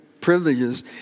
privileges